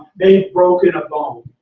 they've broken a bone.